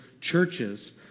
churches